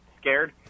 scared